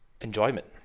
enjoyment